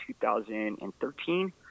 2013